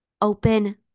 open